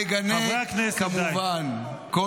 מגנה, כמובן -- חברי הכנסת, די.